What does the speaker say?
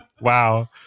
Wow